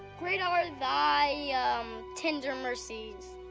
great ah are thy tender mercies.